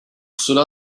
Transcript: cela